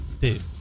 Dude